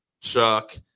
Chuck